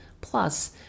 Plus